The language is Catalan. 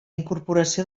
incorporació